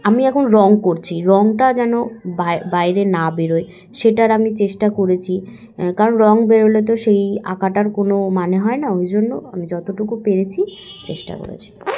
আমি এখন রঙ করছি রঙটা যেন বাইরে না বেরোয় সেটার আমি চেষ্টা করেছি কারণ রঙ বেরোলে তো সেই আঁকাটার কোনো মানে হয় না ওই জন্য আমি যতটুকু পেরেছি চেষ্টা করেছি